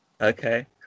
Okay